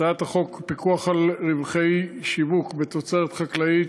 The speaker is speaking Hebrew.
הצעות חוק פיקוח על רווחי שיווק בתוצרת חקלאית,